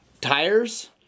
Tires